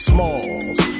Smalls